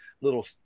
little